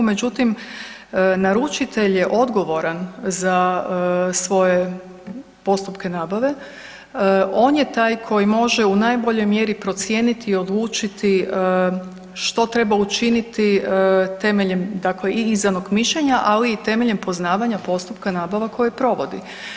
Međutim naručitelj je odgovoran za svoje postupke nabave, on je taj koji može u najboljoj mjeri procijeniti i odlučiti što treba učiniti temeljem i izdanog mišljenja, ali i temeljem poznavanja postupka nabava koje provodi.